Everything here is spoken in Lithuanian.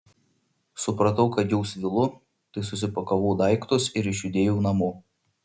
supratau kad jau svylu tai susipakavau daiktus ir išjudėjau namo